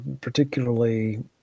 particularly